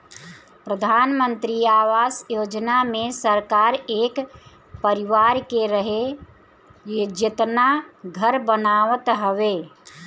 प्रधानमंत्री आवास योजना मे सरकार एक परिवार के रहे जेतना घर बनावत हवे